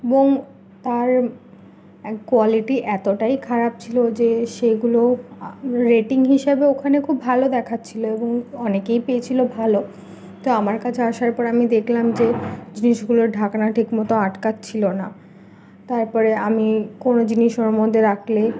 এবং তার কোয়ালিটি এতটাই খারাপ ছিল যে সেইগুলো রেটিং হিসাবে ওখানে খুব ভালো দেখাচ্ছিল এবং অনেকেই পেয়েছিল ভালো তো আমার কাছে আসার পর আমি দেখলাম যে জিনিসগুলোর ঢাকনা ঠিক মতো আটকাচ্ছিল না তারপরে আমি কোনো জিনিস ওর মধ্যে রাখলে